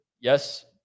Yes